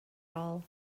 all